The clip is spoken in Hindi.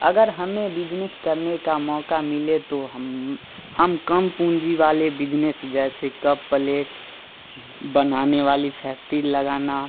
अगर हमें बिजनेस करने का मौका मिले तो हम हम कम पूँजी वाले बिजनेस जैसे कप पलेट बनाने वाली फैक्ट्री लगाना